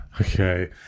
Okay